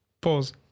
pause